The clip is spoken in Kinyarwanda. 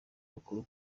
mukuru